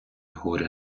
горя